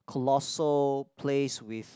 colossal place with